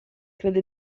crede